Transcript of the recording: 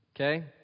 okay